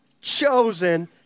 chosen